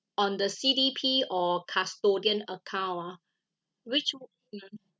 on the C_D_P or custodian account ah which one ya